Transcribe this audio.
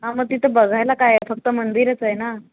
हां मग तिथं बघायला काय आहे फक्त मंदिरच आहे ना